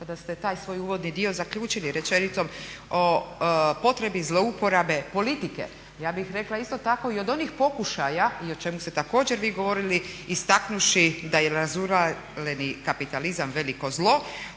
kada ste taj svoj uvodni dio zaključili rečenicom o potrebi zlouporabe politike. Ja bih rekla isto tako i od onih pokušaja i o čemu ste također vi govorili da je razulareni kapitalizam veliko zlo.